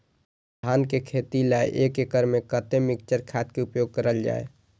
धान के खेती लय एक एकड़ में कते मिक्चर खाद के उपयोग करल जाय?